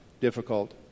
difficult